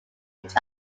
which